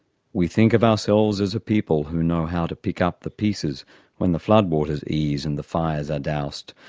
we think of ourselves as a people who know how to pick up the pieces when the floodwaters ease and the fires are dowsed,